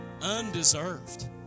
Undeserved